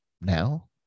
Now